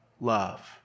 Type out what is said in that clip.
love